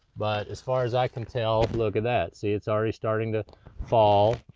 but as far as i can tell. look at that. see, it's already starting to fall.